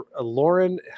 Lauren